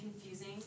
confusing